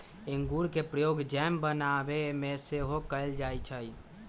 इंगूर के प्रयोग जैम बनाबे में सेहो कएल जाइ छइ